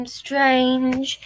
strange